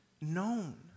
known